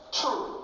true